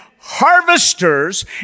harvesters